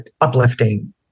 uplifting